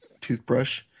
toothbrush